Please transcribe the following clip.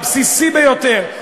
הבסיסי ביותר,